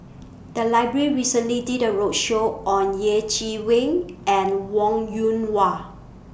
The Library recently did A roadshow on Yeh Chi Wei and Wong Yoon Wah